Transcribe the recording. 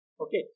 Okay